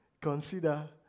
consider